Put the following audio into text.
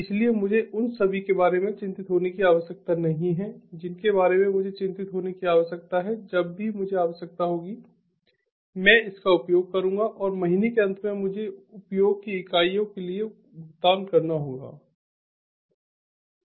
इसलिए मुझे उन सभी के बारे में चिंतित होने की आवश्यकता नहीं है जिनके बारे में मुझे चिंतित होने की आवश्यकता है जब भी मुझे आवश्यकता होगी मैं इसका उपयोग करूंगा और महीने के अंत में मुझे उपयोग की इकाइयों के लिए भुगतान करना चाहिए